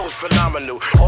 phenomenal